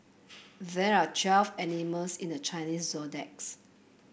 there are twelve animals in the Chinese